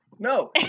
No